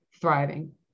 thriving